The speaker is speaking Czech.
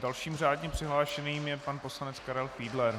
Dalším řádně přihlášeným je pan poslanec Karel Fiedler.